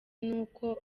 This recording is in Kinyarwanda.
nuko